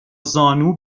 زانو